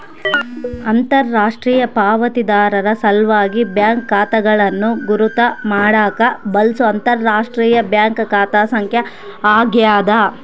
ಅಂತರರಾಷ್ಟ್ರೀಯ ಪಾವತಿದಾರರ ಸಲ್ವಾಗಿ ಬ್ಯಾಂಕ್ ಖಾತೆಗಳನ್ನು ಗುರುತ್ ಮಾಡಾಕ ಬಳ್ಸೊ ಅಂತರರಾಷ್ಟ್ರೀಯ ಬ್ಯಾಂಕ್ ಖಾತೆ ಸಂಖ್ಯೆ ಆಗ್ಯಾದ